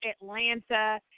Atlanta